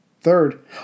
Third